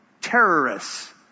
terrorists